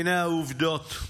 הינה העובדות: